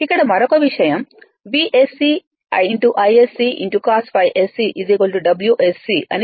ఇక్కడ మరొక విషయం VSC ISC cos ∅sc WSC అని పిలుస్తారు